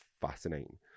fascinating